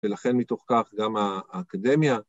ולכן מתוך כך גם האקדמיה.